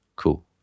Cool